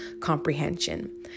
comprehension